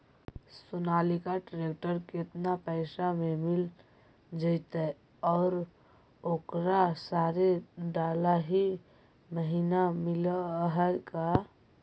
Sonalika tractor केतना पैसा में मिल जइतै और ओकरा सारे डलाहि महिना मिलअ है का?